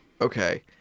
okay